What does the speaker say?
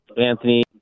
Anthony